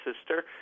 sister